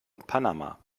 panama